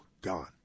gone